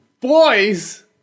boys